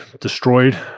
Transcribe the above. destroyed